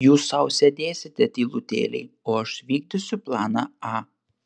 jūs sau sėdėsite tylutėliai o aš vykdysiu planą a